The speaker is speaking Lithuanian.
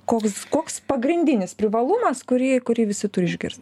koks koks pagrindinis privalumas kurį kurį visi turi išgirst